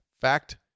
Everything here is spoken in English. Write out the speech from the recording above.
Fact